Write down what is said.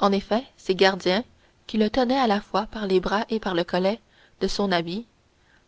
en effet ses gardiens qui le tenaient à la fois par les bras et par le collet de son habit